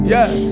Yes